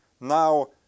now